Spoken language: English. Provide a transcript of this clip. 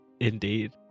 indeed